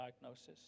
diagnosis